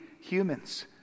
humans